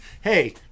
Hey